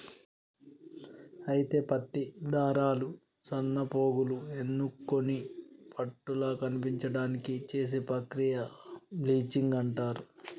అయితే పత్తి దారాలు సన్నపోగులు ఎన్నుకొని పట్టుల కనిపించడానికి చేసే ప్రక్రియ బ్లీచింగ్ అంటారు